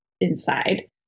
inside